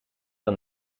dan